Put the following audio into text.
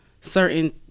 certain